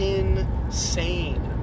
insane